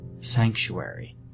sanctuary